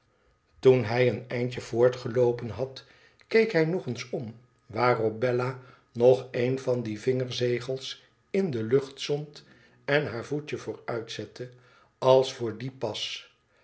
toen hij een eindje voortgeloopen had keek hij nog eens om waarop bella nog een van die vinger zegels in de lucht zond en haar voetje vooruitzette als voor dien pas